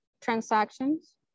transactions